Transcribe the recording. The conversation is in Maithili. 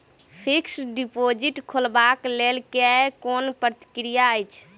फिक्स्ड डिपोजिट खोलबाक लेल केँ कुन प्रक्रिया अछि?